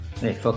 Hey